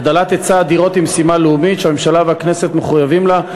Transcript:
הגדלת היצע הדירות היא משימה לאומית שהממשלה והכנסת מחויבים לה,